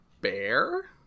bear